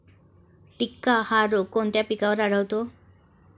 टिक्का हा रोग कोणत्या पिकावर आढळतो?